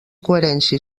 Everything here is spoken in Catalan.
coherència